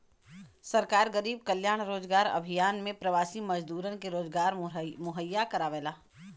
सरकार गरीब कल्याण रोजगार अभियान में प्रवासी मजदूरन के रोजगार मुहैया करावला